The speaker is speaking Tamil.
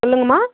சொல்லுங்கம்மா